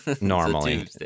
normally